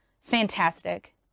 fantastic